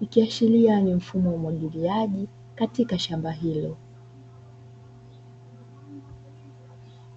ikiashiria ya mfumo wa umwagiliaji katika shamba hilo.